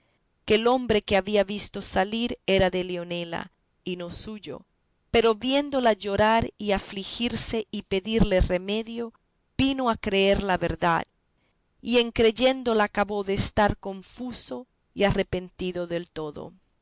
que el hombre que había visto salir era de leonela y no suyo pero viéndola llorar y afligirse y pedirle remedio vino a creer la verdad y en creyéndola acabó de estar confuso y arrepentido del todo